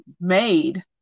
made